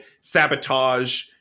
sabotage